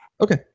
Okay